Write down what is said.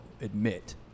admit